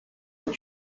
and